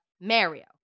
Mario